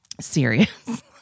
serious